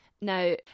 Now